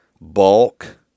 Bulk